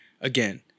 again